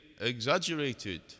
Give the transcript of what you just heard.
exaggerated